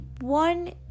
one